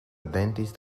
dentist